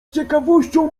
ciekawością